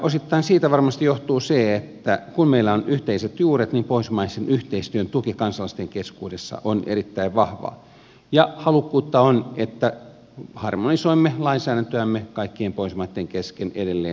osittain siitä varmasti johtuu se että kun meillä on yhteiset juuret niin pohjoismaisen yhteistyön tuki kansalaisten keskuudessa on erittäin vahvaa ja halukkuutta on että harmonisoimme lainsäädäntöämme kaikkien pohjoismaitten kesken edelleen tiiviisti